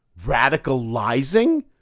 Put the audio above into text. Radicalizing